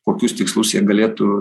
kokius tikslus jie galėtų